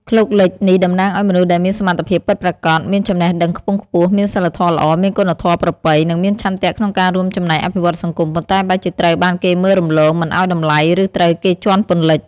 ឃ្លោកលិច នេះតំណាងឲ្យមនុស្សដែលមានសមត្ថភាពពិតប្រាកដ មានចំណេះដឹងខ្ពង់ខ្ពស់ មានសីលធម៌ល្អ មានគុណធម៌ប្រពៃ និងមានឆន្ទៈក្នុងការរួមចំណែកអភិវឌ្ឍសង្គម ប៉ុន្តែបែរជាត្រូវបានគេមើលរំលង មិនឲ្យតម្លៃ ឬត្រូវគេជាន់ពន្លិច។